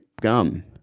gum